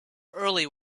early